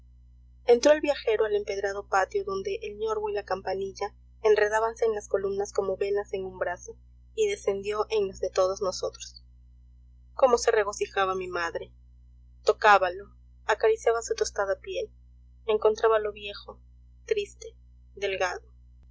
entró el viajero al empedrado patio donde el ñorbo y la campanilla enredábanse en las columnas como venas en un brazo y descendió en los de todos nosotros cómo se regocijaba mi madre tocábalo acariciaba su tostada piel encontrábalo viejo triste delgado